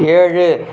ஏழு